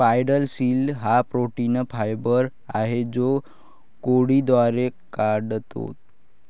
spider silk हा protein fibre आहे जो कोळी द्वारे काततो